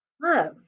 love